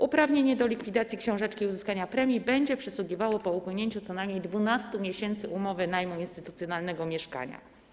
Uprawnienie do likwidacji książeczki i uzyskania premii będzie przysługiwało po upłynięciu co najmniej 12 miesięcy umowy najmu instytucjonalnego mieszkania.